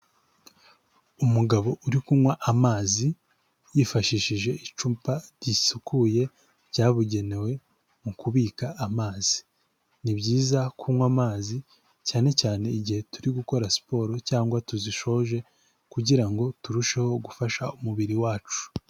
Umugabo uri kunywa amazi yifashishije icupa risukuye ryabugenewe mu kubika amazi. Ni byiza kunywa amazi cyane cyane igihe turi gukora siporo cyangwa tuzisoje kugira ngo turusheho gufasha umubiri wacu.